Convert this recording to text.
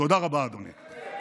תודה רבה, אדוני.